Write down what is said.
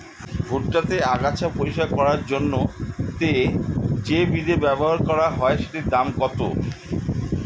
ভুট্টা তে আগাছা পরিষ্কার করার জন্য তে যে বিদে ব্যবহার করা হয় সেটির দাম কত?